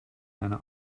eine